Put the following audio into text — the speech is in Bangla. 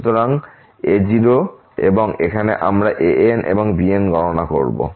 সুতরাং a0 এবং এখন আমরা an এবং bnগণনা করবো